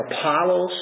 Apollos